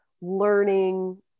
learning